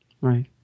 Right